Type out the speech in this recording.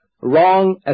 wrong